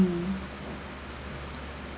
um